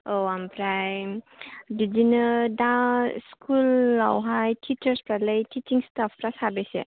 औ ओमफ्राय बिदिनो दा सिकुल आवहाय थिसार्स फ्रालाय थिसिं सिथाबफोरा साबेसे